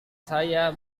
saya